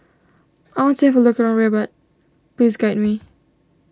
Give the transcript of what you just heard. I want to have a look around Rabat please guide me